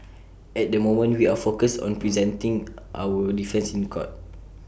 at the moment we are focused on presenting our defence in court